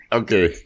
okay